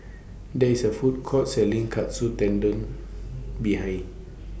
There IS A Food Court Selling Katsu Tendon behind